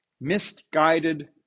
Misguided